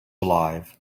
alive